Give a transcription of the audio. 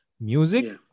Music